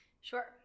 Sure